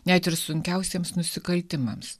net ir sunkiausiems nusikaltimams